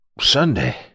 Sunday